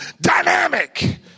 dynamic